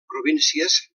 províncies